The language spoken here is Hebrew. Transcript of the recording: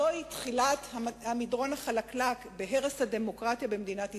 זוהי תחילת המדרון החלקלק בהרס הדמוקרטיה במדינת ישראל.